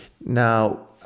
Now